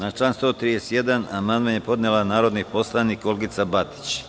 Na član 131. amandman je podnela narodni poslanik Olgica Batić.